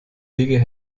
wege